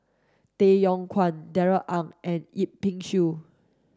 Tay Yong Kwang Darrell Ang and Yip Pin Xiu